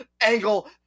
angle